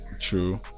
True